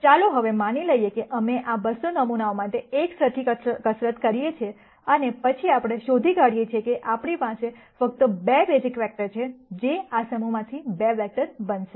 ચાલો હવે માની લઈએ કે અમે આ 200 નમૂનાઓ માટે એકસરખી કસરત કરીએ છીએ અને પછી આપણે શોધી કાઢીએ છીએ કે આપણી પાસે ફક્ત બે બેઝિક વેક્ટર છે જે આ સમૂહમાંથી 2 વેક્ટર બનશે